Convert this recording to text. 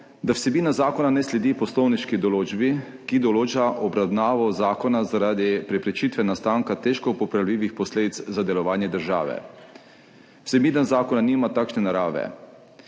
da vsebina zakona ne sledi poslovniški določbi, ki določa obravnavo zakona zaradi preprečitve nastanka težko popravljivih posledic za delovanje države. Vsebina zakona nima takšne narave.